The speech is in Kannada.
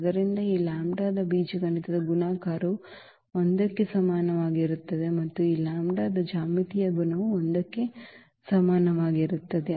ಆದ್ದರಿಂದ ಈ ಲ್ಯಾಂಬ್ಡಾದ ಬೀಜಗಣಿತದ ಗುಣಾಕಾರವು 1 ಕ್ಕೆ ಸಮನಾಗಿರುತ್ತದೆ ಮತ್ತು ಈ ಲ್ಯಾಂಬ್ಡಾದ ಜ್ಯಾಮಿತೀಯ ಗುಣವು 1 ಕ್ಕೆ ಸಮನಾಗಿರುತ್ತದೆ